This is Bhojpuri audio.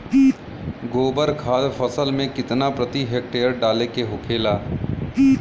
गोबर खाद फसल में कितना प्रति हेक्टेयर डाले के होखेला?